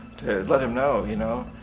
let him know. you know.